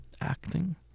acting